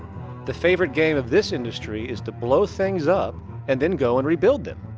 the favorite game of this industry is to blow things up and then go and rebuild them!